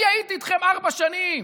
אני הייתי איתכם ארבע שנים,